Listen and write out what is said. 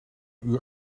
uur